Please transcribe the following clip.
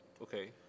Okay